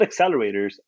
accelerators